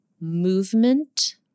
movement